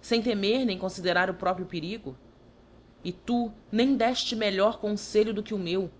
fem temer nem con fiderar o próprio perigo e tu nem défte melhor confeiho do que o meu